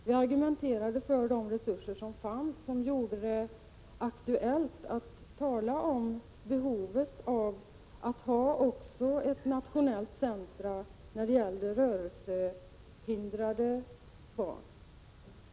Vi argumenterade för de resurser som fanns och som gjorde det aktuellt att tala om behovet av ett nationellt centrum för rörelsehindrade barn.